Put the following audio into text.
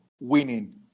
winning